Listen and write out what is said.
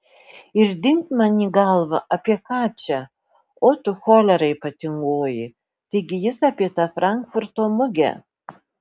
ir dingt man į galvą apie ką čia o tu cholera ypatingoji taigi jis apie tą frankfurto mugę